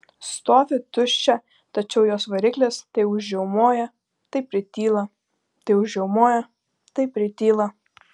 stovi tuščia tačiau jos variklis tai užriaumoja tai prityla tai užriaumoja tai prityla